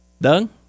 done